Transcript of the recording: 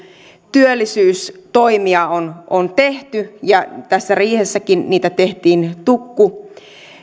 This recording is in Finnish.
työllisyystoimia on on tehty ja tässä riihessäkin niitä tehtiin tukku